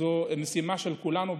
זו משימה של כולנו יחד,